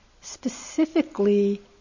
specifically